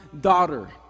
daughter